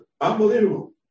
Unbelievable